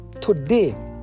today